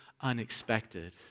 unexpected